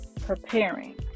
preparing